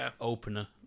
opener